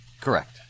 correct